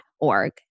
org